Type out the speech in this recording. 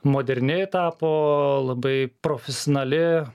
moderni tapo labai profesionali